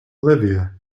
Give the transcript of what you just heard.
olivia